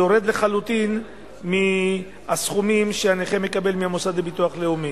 יורד לחלוטין מהסכומים שהנכה מקבל מהמוסד לביטוח לאומי.